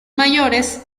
mayores